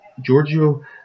Giorgio